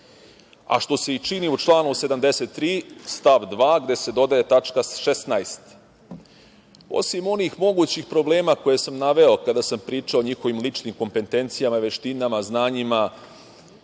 a što se i čini u članu 73. stav 2. gde se dodaje tačka 16).Osim onih mogućih problema koje sam naveo kada sam pričao o njihovim ličnim kompetencijama, veštinama, znanjima,